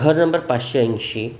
घर नंबर पाचशे ऐंशी